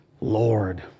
Lord